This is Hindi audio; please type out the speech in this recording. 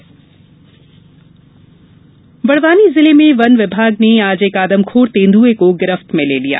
आदमखोर तेंदुआ बड़वानी जिले में वन विभाग ने आज एक आदमखोर तेंदुए को गिरफ्त में ले लिया